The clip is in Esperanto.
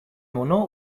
mono